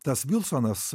tas vilsonas